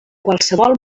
qualsevol